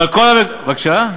אבל, בבקשה?